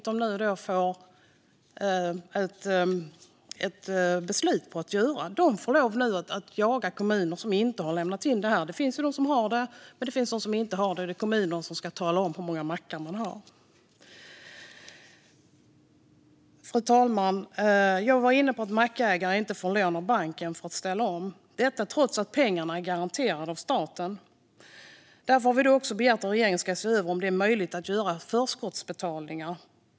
De får nu lov att jaga kommuner som inte har lämnat in det här. Det finns kommuner som har gjort det, men det finns också kommuner som inte har gjort det. Det är kommunerna som ska tala om hur många mackar de har. Fru talman! Jag var inne på att mackägare inte får lån av banken för att ställa om, trots att pengarna är garanterade av staten. Därför har vi också begärt att regeringen ska se över om det är möjligt att göra förskottsbetalningar.